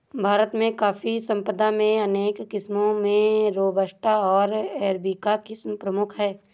भारत में कॉफ़ी संपदा में अनेक किस्मो में रोबस्टा ओर अरेबिका किस्म प्रमुख है